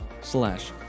slash